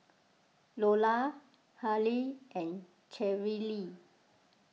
Lola Halie and Cherrelle